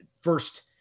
first